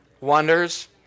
wonders